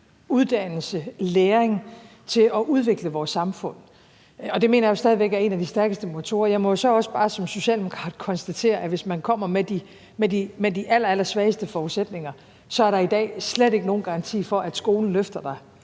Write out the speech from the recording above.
uddannelse og læring til at udvikle vores samfund. Det mener jeg jo stadig væk er en af de stærkeste motorer. Jeg må så også bare som socialdemokrat konstatere, at hvis man kommer med de allerallersvageste forudsætninger, er der i dag slet ikke nogen garanti for, at skolen løfter en